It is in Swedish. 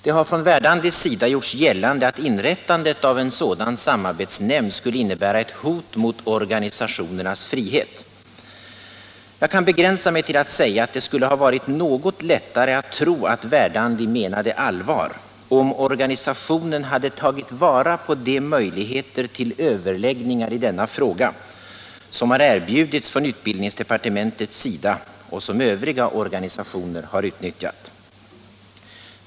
Det har från Verdandis sida gjorts gällande att inrättandet av en sådan samarbetsnämnd skulle innebära ett hot mot organisationernas frihet. Jag kan begränsa mig till att säga att det skulle ha varit något lättare att tro att Verdandi menade allvar, om organisationen hade tagit vara på de möjligheter till överläggningar i denna fråga som erbjudits från utbildningsdepartementets sida och som övriga organisationer utnyttjat.